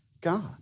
God